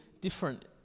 different